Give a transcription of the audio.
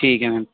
ਠੀਕ ਹੈ ਮੈਮ